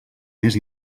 més